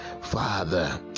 Father